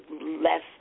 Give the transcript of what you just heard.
less